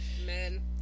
Men